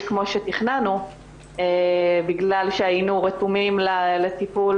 כמו שתכננו בגלל שהיינו רתומים לטיפול